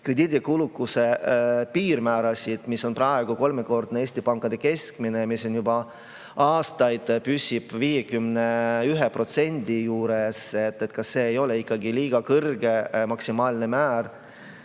krediidi kulukuse piirmäära, mis on praegu kolmekordne Eesti pankade keskmine ja on juba aastaid püsinud 51% juures. Kas see ei ole ikkagi liiga kõrge maksimaalne määr?